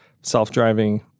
self-driving